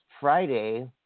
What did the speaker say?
Friday